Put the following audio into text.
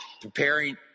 preparing